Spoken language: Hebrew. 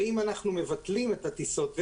ואם אנחנו מבטלים את הטיסות,